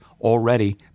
already